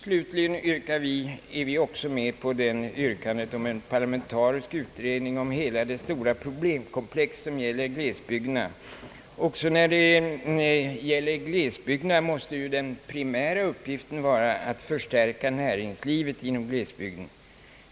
Slutligen biträder vi också yrkandet om en parlamentarisk utredning av hela det stora problemkomplex som gäller glesbygderna. Också när det gäller glesbygderna måste ju den primära uppgiften vara att förstärka näringslivet inom glesbygden.